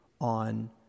on